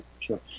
sure